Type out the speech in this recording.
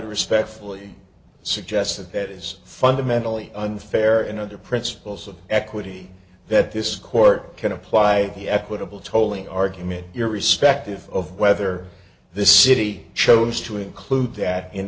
would respectfully suggest that that is fundamentally unfair and under principles of equity that this court can apply the equitable tolling argument you're respective of whether this city chose to include that in